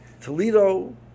Toledo